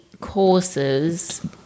courses